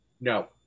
No